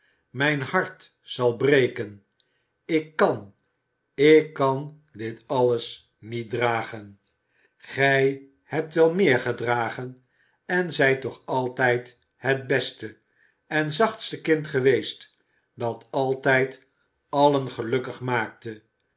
mijn hart zal breken ik kan ik kan dit alles niet dragen gij hebt wel meer gedragen en zijt toch altijd het beste het zachtste kind geweest dat altijd allen gelukkig maakte